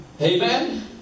Amen